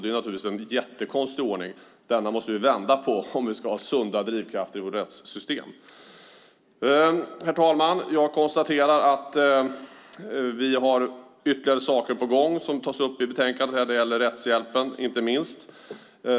Det är naturligtvis en jättekonstig ordning. Denna måste vi vända på om vi ska ha sunda drivkrafter i vårt rättssystem. Herr talman! Jag konstaterar att vi har ytterligare saker på gång, inte minst när det gäller rättshjälpen. Det tas också upp i betänkandet.